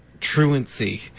Truancy